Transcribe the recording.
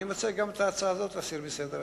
אני מציע גם את ההצעה הזאת להסיר מסדר-היום.